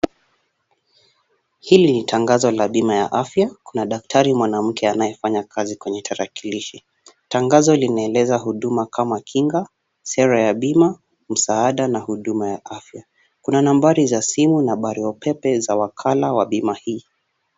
Hili ni tangazo la bima ya afya. Kuna daktari mwanamke anayefanya kazi kwenye tarakilishi. Tangazo linaeleza huduma kama kinga, sera ya bima, msaada na huduma ya afya. Kuna nambari za simu na barua pepe za wakala wa bima hii.